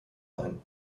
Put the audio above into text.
ein